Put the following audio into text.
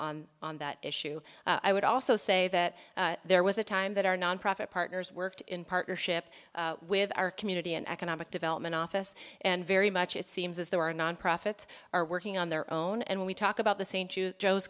on that issue i would also say that there was a time that our nonprofit partners worked in partnership with our community and economic development office and very much it seems as though our nonprofits are working on their own and we talk about the st joe's